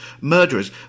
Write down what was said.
murderers